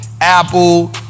Apple